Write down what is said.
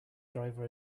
driver